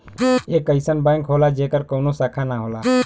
एक अइसन बैंक होला जेकर कउनो शाखा ना होला